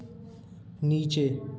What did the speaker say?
नीचे